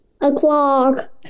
o'clock